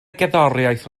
gerddoriaeth